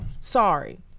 Sorry